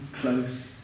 close